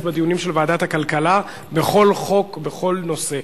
בדיונים של ועדת הכלכלה בכל חוק בכל נושא.